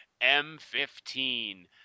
m15